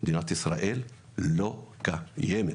אבל מדינת ישראל לא קיימת